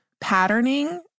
patterning